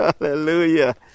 Hallelujah